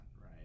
right